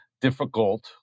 difficult